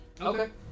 Okay